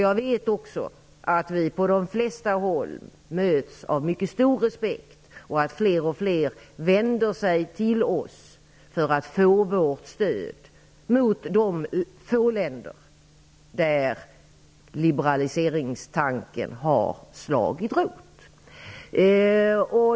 Jag vet också att vi på de flesta håll möts av mycket stor respekt och att fler och fler vänder sig till oss för att få vårt stöd mot de få länder där liberaliseringstanken har slagit rot.